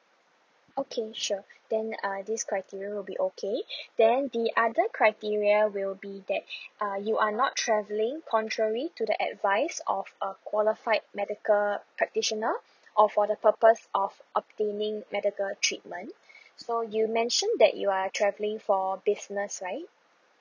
okay sure then err this criteria will be okay then the other criteria will be that uh you are not travelling contrary to the advice of a qualified medical practitioner or for the purpose of obtaining medical treatment so you mention that you are travelling for business right